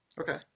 Okay